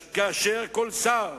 כאשר לכל שר